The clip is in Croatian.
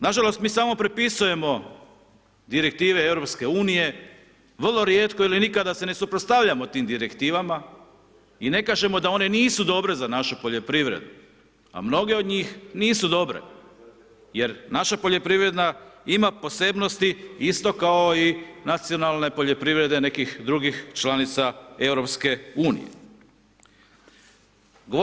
Nažalost, mi samo prepisujemo direktive EU-a, vrlo rijetko ili nikada se ne suprotstavljamo tim Direktivama, i ne kažemo da one nisu dobre za našu poljoprivredu, a mnoge od njih nisu dobre, jer naša poljoprivreda ima posebnosti isto kao i nacionalne poljoprivrede nekih drugih članica Europske unije.